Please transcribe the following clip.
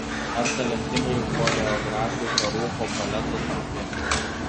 ar talentingai choreografei parūpo baleto trupė